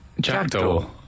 Jackdaw